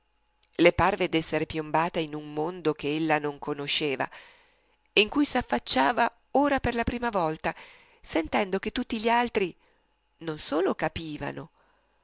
le parve d'esser piombata in un mondo ch'ella non conosceva in cui s'affacciava ora per la prima volta sentendo che tutti gli altri non solo capivano